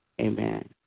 Amen